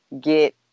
get